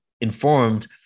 informed